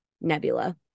Nebula